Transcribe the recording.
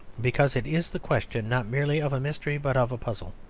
because it is the question not merely of a mystery but of a puzzle.